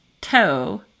toe